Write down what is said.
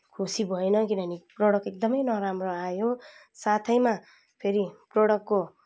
खुसी भएन किनभने प्रडक्ट एकदमै नराम्रो आयो साथैमा फेरि प्रडक्टको